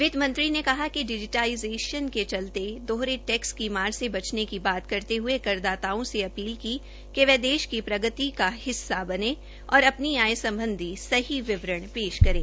वितमंत्री ने कहा कि डिजीटलीजेंशन के चलते दोहरे टैक्स की मार से बचने की बात हुये कर दाताओं से अपील की कि वह देश की प्रगति का हिस्सा बने और अपनी आय सम्बधी सही विवरण पेश करें